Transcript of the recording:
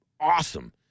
awesome